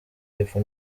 y’epfo